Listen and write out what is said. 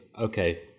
okay